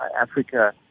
Africa